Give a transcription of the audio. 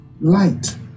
Light